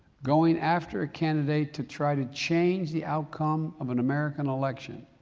going after a candidate to try to change the outcome of an american election.